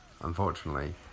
unfortunately